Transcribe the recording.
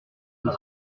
deux